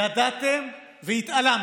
ידעתם והתעלמתם.